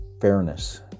fairness